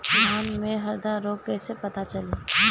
धान में हरदा रोग के कैसे पता चली?